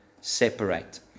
separate